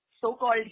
so-called